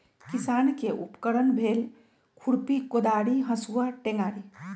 किसान के उपकरण भेल खुरपि कोदारी हसुआ टेंग़ारि